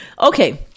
okay